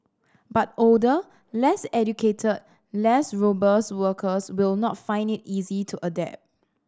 but older less educated less robust workers will not find it easy to adapt